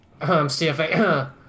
CFA